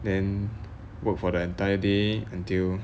then work for the entire day until